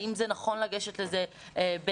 האם זה נכון לגשת לזה ולהתערב,